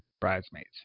Bridesmaids